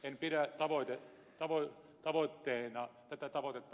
en pidä tätä tavoitetta oikeana